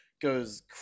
goes